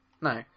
No